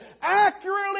accurately